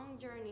journey